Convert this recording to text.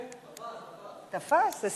תפס, תפס.